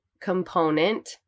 Component